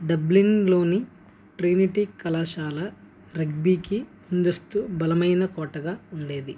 డబ్లిన్లోని Trinity కళాశాల రగ్బీకి ముందస్తు బలమైన కోటగా ఉండేది